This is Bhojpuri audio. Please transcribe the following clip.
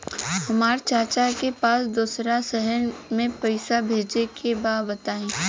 हमरा चाचा के पास दोसरा शहर में पईसा भेजे के बा बताई?